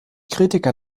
kritiker